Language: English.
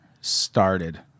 started